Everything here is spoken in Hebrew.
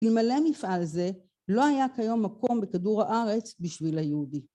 ‫אלמלא מפעל זה לא היה כיום מקום ‫בכדור הארץ בשביל היהודי.